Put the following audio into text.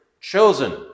chosen